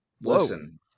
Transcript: Listen